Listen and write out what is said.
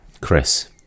chris